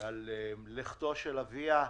על לכתו של אביה.